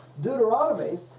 deuteronomy